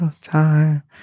time